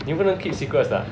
you cannot keep secrets ah